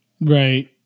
Right